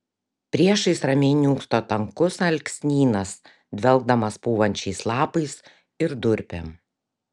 priešais ramiai niūkso tankus alksnynas dvelkdamas pūvančiais lapais ir durpėm